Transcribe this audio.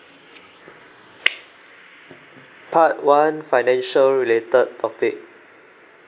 part one financial related topic